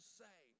say